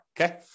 Okay